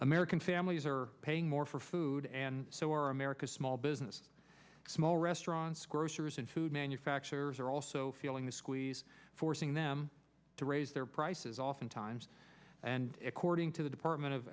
american families are paying more for food and so are america's small business small restaurants grocers and food manufacturers are also feeling the squeeze forcing them to raise their prices oftentimes and according to the department of